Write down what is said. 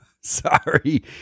Sorry